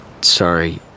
sorry